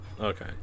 okay